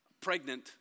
pregnant